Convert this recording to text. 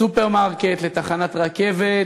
לסופרמרקט, לתחנת רכבת,